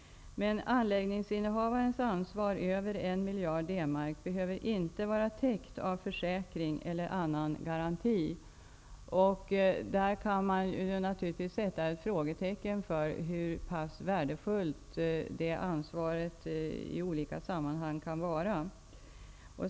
Mark behöver inte vara täckt av försäkring eller annan garanti. Man kan naturligtvis sätta ett frågetecken för hur pass värdefullt det ansvaret kan vara i olika sammanhang.